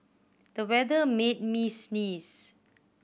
the weather made me sneeze